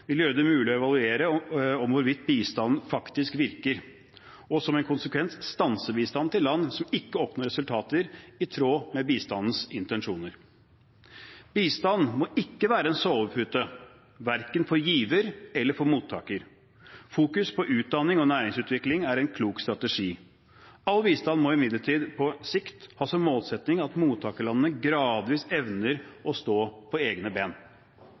vil gjøre det mulig å evaluere om bistanden faktisk virker, og som en konsekvens stanse bistanden til land som ikke oppnår resultater i tråd med bistandens intensjoner. Bistand må ikke være en sovepute verken for giver eller for mottaker. Fokus på utdanning og næringsutvikling er en klok strategi. All bistand må imidlertid på sikt ha som målsetting at mottakerlandene gradvis evner å stå på egne ben.